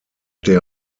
der